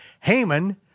Haman